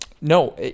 no